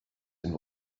and